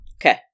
Okay